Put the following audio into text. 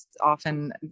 often